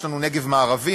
יש לנו נגב מערבי,